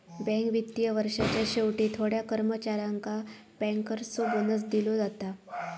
bank वित्तीय वर्षाच्या शेवटी थोड्या कर्मचाऱ्यांका बँकर्सचो बोनस दिलो जाता